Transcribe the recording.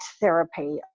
therapy